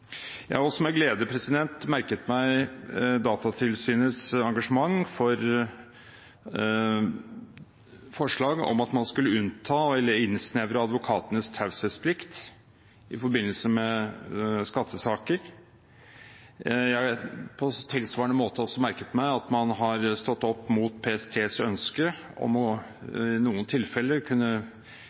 Jeg har også med glede merket meg Datatilsynets engasjement for forslag om at man skulle innsnevre advokatenes taushetsplikt i forbindelse med skattesaker. Jeg har på tilsvarende måte også merket meg at man har stått mot PSTs ønske om i noen tilfeller å kunne